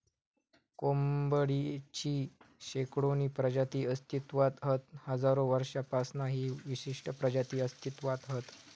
कोंबडेची शेकडोनी प्रजाती अस्तित्त्वात हत हजारो वर्षांपासना ही विशिष्ट प्रजाती अस्तित्त्वात हत